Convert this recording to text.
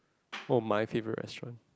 oh my favourite restaurant